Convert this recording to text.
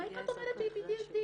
איך את אומרת שהיא PTSD,